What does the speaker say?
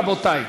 רבותי,